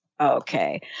Okay